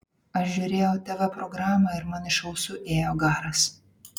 aš žiūrėjau tv programą ir man iš ausų ėjo garas